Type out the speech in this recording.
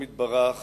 יתברך